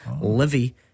Livy